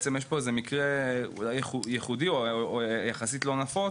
אז בעצם יש פה איזה מקרה שהוא אולי ייחודי או יחסית לא נפוץ,